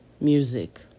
music